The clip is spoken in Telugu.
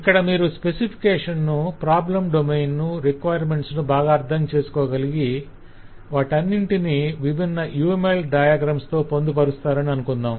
ఇక్కడ మీరు స్పెసిఫికేషన్స్ ను ప్రాబ్లం డొమైన్ ను రిక్వైర్మెంట్స్ ను బాగా అర్ధం చేసుకోగలగి వాటన్నింటినీ విభిన్న UML డయాగ్రమ్స్ తో పొందుపరుస్తారని అనుకుందాం